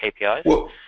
KPIs